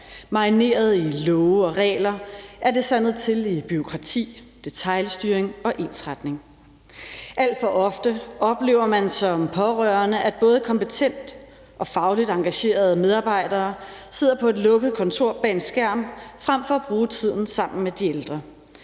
marineret i love og regler er det sandet til i bureaukrati, detailstyring og ensretning. Alt for ofte oplever man som pårørende, at både kompetente og fagligt engagerede medarbejdere sidder på et lukket kontor bag en skærm frem for at bruge tiden sammen med de ældre.